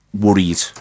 worried